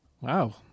Wow